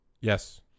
Yes